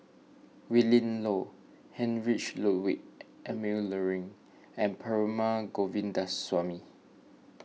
Willin Low Heinrich Ludwig Emil Luering and Perumal Govindaswamy